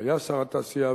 שהיה שר התעשייה,